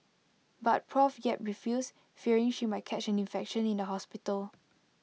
but Prof yap refused fearing she might catch an infection in the hospital